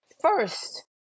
First